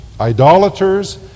Idolaters